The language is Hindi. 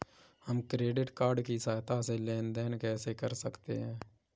हम क्रेडिट कार्ड की सहायता से लेन देन कैसे कर सकते हैं?